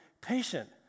Patient